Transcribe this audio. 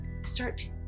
start